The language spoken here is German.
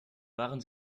waren